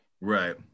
Right